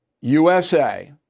USA